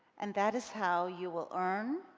and that is how you will earn